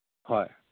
ꯍꯣꯏ